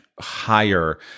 higher